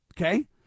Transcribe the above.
Okay